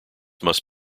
must